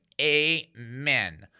amen